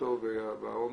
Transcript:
והעומס,